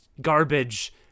garbage